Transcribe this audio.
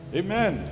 amen